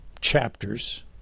chapters